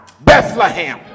Bethlehem